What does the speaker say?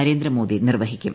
നരേന്ദ്രമോദി നിർവ്വഹിക്കും